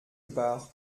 part